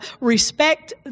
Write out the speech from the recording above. respect